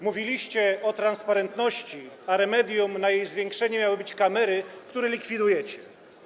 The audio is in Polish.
Mówiliście o transparentności, a remedium na jej zwiększenie miały być kamery, które likwidujecie.